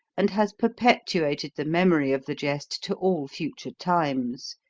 and has perpetuated the memory of the jest to all future times.